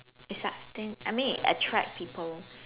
it sustain I mean it attract people